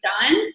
done